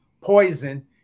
poison